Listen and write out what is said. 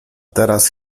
teraz